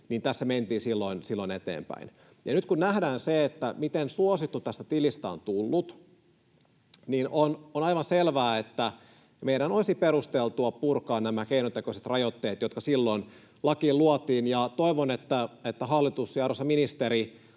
niin tässä mentiin silloin eteenpäin. Nyt kun nähdään se, miten suosittu tästä tilistä on tullut, niin on aivan selvää, että meidän olisi perusteltua purkaa nämä keinotekoiset rajoitteet, jotka silloin lakiin luotiin. Toivon, että hallitus ja arvoisa ministeri